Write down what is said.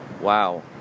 Wow